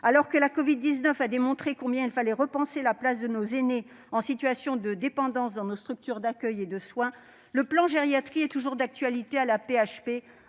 Alors que la covid-19 a démontré combien il fallait repenser la place de nos aînés en situation de dépendance dans nos structures d'accueil et de soins, le plan Gériatrie est toujours d'actualité à l'AP-HP